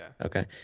Okay